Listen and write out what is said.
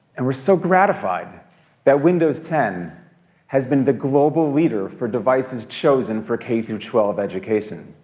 and we're so gratified that windows ten has been the global leader for devices chosen for k through twelve education.